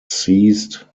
ceased